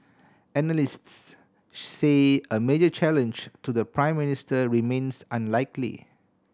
analysts say a major challenge to the Prime Minister remains unlikely